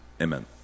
Amen